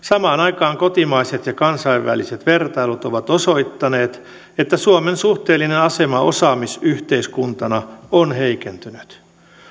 samaan aikaan kotimaiset ja kansainväliset vertailut ovat osoittaneet että suomen suhteellinen asema osaamisyhteiskuntana on heikentynyt